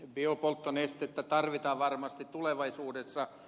biopolttonestettä tarvitaan varmasti tulevaisuudessa